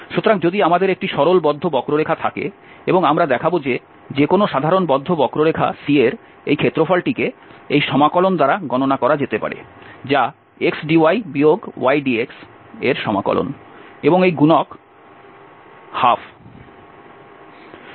সুতরাং যদি আমাদের একটি সরল বদ্ধ বক্ররেখা থাকে এবং আমরা দেখাব যে যে কোনও সাধারণ বদ্ধ বক্ররেখা C এর এই ক্ষেত্রফলটিকে এই সমাকলন দ্বারা গণনা করা যেতে পারে যা xdy ydx এর সমাকলন এবং এই গুণক 12